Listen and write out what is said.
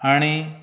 आनी